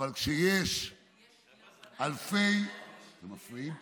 אבל כשיש אלפי, הם מפריעים נורא.